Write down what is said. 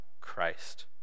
Christ